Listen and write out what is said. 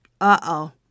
Uh-oh